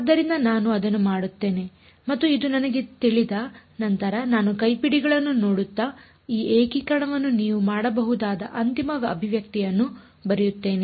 ಆದ್ದರಿಂದ ನಾನು ಅದನ್ನು ಮಾಡುತ್ತೇನೆ ಮತ್ತು ಇದು ನನಗೆ ತಿಳಿದ ನಂತರ ನಾನು ಕೈಪಿಡಿಗಳನ್ನು ನೋಡುತ್ತಾ ಈ ಏಕೀಕರಣವನ್ನು ನೀವು ಮಾಡಬಹುದಾದ ಅಂತಿಮ ಅಭಿವ್ಯಕ್ತಿಯನ್ನು ಬರೆಯುತ್ತೇನೆ